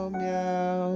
meow